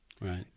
right